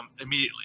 immediately